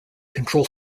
control